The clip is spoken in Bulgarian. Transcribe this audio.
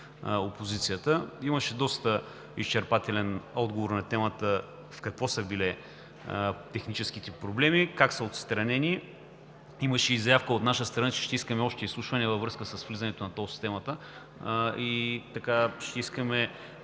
опозицията, имаше доста изчерпателен отговор по темата – в какво са били техническите проблеми, как са отстранени? Имаше и заявка от наша страна, че ще искаме още изслушване във връзка с влизането на тол системата, ще искаме